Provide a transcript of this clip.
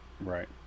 Right